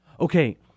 Okay